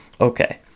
Okay